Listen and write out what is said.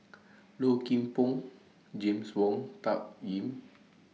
Low Kim Pong James Wong Tuck Yim